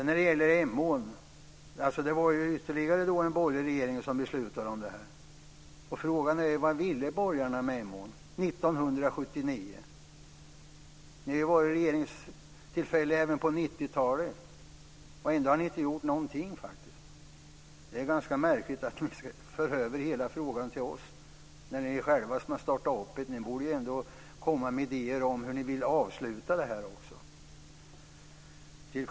När det gäller Emån var det ju ytterligare en borgerlig regering som beslutade om det här. Frågan är: Vad ville borgarna med Emån 1979? Ni har ju haft ett regeringstillfälle även på 90-talet, och ändå har ni inte gjort någonting! Det är ganska märkligt att ni ska föra över hela frågan till oss, när det är ni själva som har startat upp det. Ni borde ändå komma med idéer om hur ni vill avsluta det här också. Fru talman!